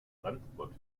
fremdwort